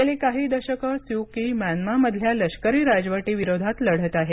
गेली काही दशकं स्यू की म्यानमा मधल्या लष्करी राजवटीविरोधात लढत आहेत